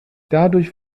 dadurch